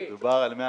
מה אתה אומר, דרור?